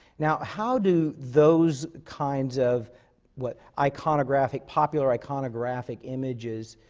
now, how do those kinds of what? iconographic popular, iconographic images